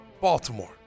Baltimore